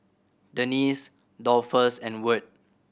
Denese Dolphus and Wirt